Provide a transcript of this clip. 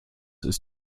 ist